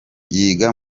yiga